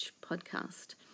podcast